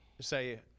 say